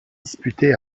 disputé